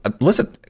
listen